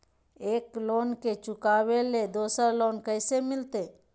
एक लोन के चुकाबे ले दोसर लोन कैसे मिलते?